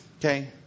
Okay